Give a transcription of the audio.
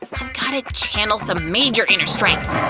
i've gotta channel some major inner strength.